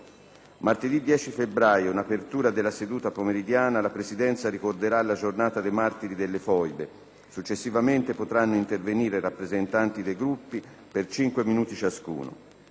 Martedì 10 febbraio, in apertura della seduta pomeridiana, la Presidenza ricorderà la Giornata dei martiri delle foibe. Successivamente potranno intervenire i rappresentanti dei Gruppi per cinque minuti ciascuno.